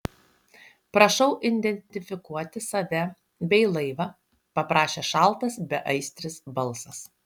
prašau identifikuoti save bei laivą paprašė šaltas beaistris balsas